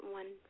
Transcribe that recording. one